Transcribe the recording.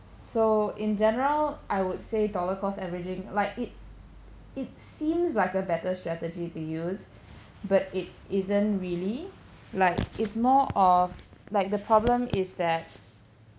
so in general I would say dollar cost averaging like it it seems like a better strategy to use but it isn't really like it's more of like the problem is that